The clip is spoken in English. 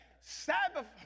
Sabbath